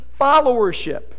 followership